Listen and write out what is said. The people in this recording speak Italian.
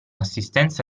assistenza